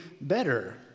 better